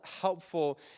helpful